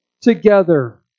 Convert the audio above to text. together